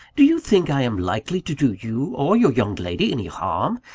do you think i am likely to do you or your young lady any harm?